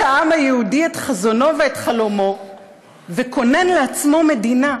מימש העם היהודי את חזונו ואת חלומו וכונן לעצמו מדינה.